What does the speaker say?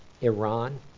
Iran